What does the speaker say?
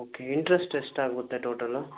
okay interest ಎಷ್ಟಾಗುತ್ತೆ total